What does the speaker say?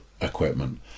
equipment